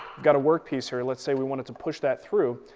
i've got a work piece here. let's say we wanted to push that through.